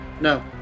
no